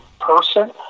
person